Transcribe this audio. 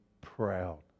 proud